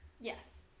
yes